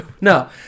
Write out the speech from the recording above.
No